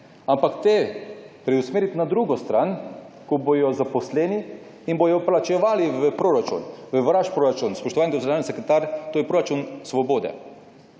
− preusmerili na drugo stran, ko bodo zaposleni in bodo plačevali v proračun, v naš proračun. Spoštovani državni sekretar, to je proračun Svobode.